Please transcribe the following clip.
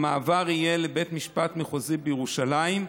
המעבר יהיה לבית משפט מחוזי בירושלים,